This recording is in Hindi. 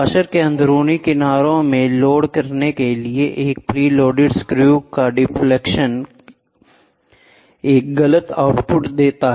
वॉशर के अंदरूनी किनारे में लोड करने के लिए एक प्रीलोडेड स्क्रू का डिफ्लेक्शन एक गलत आउटपुट देता है